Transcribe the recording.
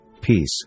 peace